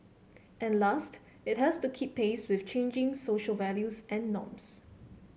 and last it has to keep pace with changing social values and norms